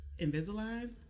Invisalign